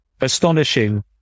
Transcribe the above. astonishing